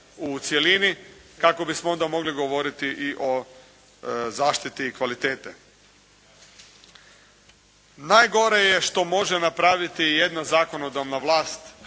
u cjelini kako bismo onda mogli govoriti o zaštiti kvalitete. Najgore je što može učiniti jedna zakonodavna vlast,